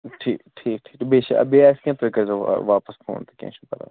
ٹھیٖک ٹھیٖک تہٕ بیٚیہِ چھِ بیٚیہِ آسہِ کیٚنٛہہ تُہۍ کٔرزیٛو واپس فون تہٕ کیٚنٛہہ چھُنہٕ پرواے